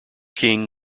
king